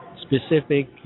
specific